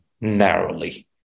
narrowly